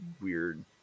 weird